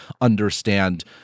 understand